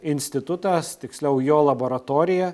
institutas tiksliau jo laboratorija